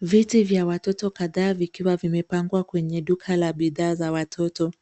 Viti vya watoto kadhaa vikiwa vimepangwa kwenye duka la bidhaa za watoto.